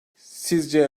sizce